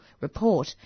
report